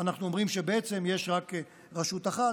אנחנו אומרים שבעצם יש רק רשות אחת,